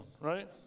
right